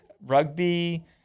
Rugby